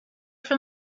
from